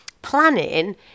planning